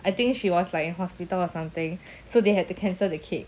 I think she was like in hospital or something so they had to cancel the cake